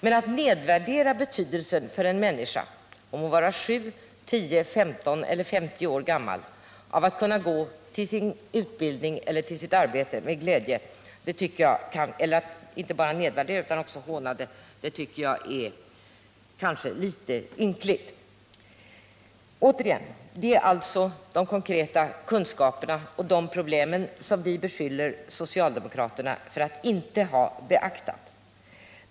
Men att nedvärdera betydelsen för en människa — hon må vara 7, 10, 15 eller 50 år gammal — av att kunna gå till sin utbildning eller till sitt arbete med glädje, det är inte bara att nedvärdera utan det är också hånande, och det tycker jag kanske är litet ynkligt. Återigen: Det är alltså de konkreta kunskaperna och problemen i fråga om dem som vi beskyller socialdemokraterna för att inte ha beaktat.